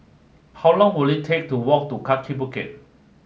how long will it take to walk to Kaki Bukit